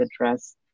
address